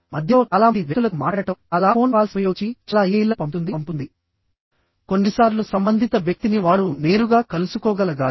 మధ్యలో చాలా మంది వ్యక్తులతో మాట్లాడటం చాలా ఫోన్ కాల్స్ ఉపయోగించి చాలా ఇమెయిల్లను పంపుతుంది పంపుతుంది కొన్నిసార్లు సంబంధిత వ్యక్తిని వారు నేరుగా కలుసుకోగలగాలి